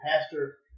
pastor